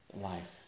life